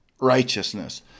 righteousness